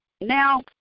Now